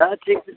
তা ঠিক আছে